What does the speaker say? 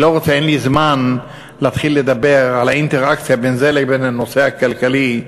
אין לי זמן להתחיל לדבר על האינטראקציה בין זה לבין הנושא הכלכלי,